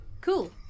Cool